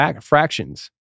fractions